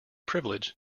privilege